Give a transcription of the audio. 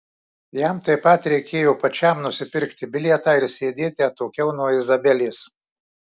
jam taip pat reikėjo pačiam nusipirkti bilietą ir sėdėti atokiau nuo izabelės